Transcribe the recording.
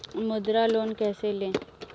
मुद्रा लोन कैसे ले?